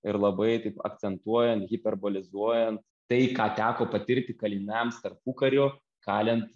ir labai taip akcentuojant hiperbolizuojant tai ką teko patirti kaliniams tarpukariu kalint